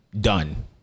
Done